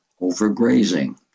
overgrazing